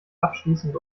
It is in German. abschließend